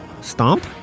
Stomp